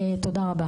תודה.